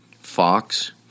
Fox